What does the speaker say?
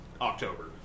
October